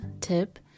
tip